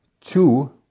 two